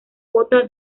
vota